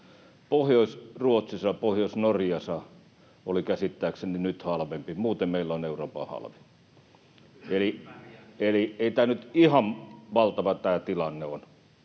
Pohjois-Ruotsissa ja Pohjois-Norjassa oli käsittääkseni nyt halvempi, muuten meillä on Euroopan halvin. [Timo Heinosen välihuuto] Eli ei tämä tilanne nyt